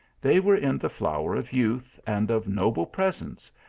they were in the flower of youth, and of noble presence,